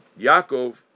Yaakov